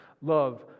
love